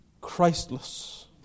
Christless